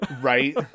Right